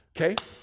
Okay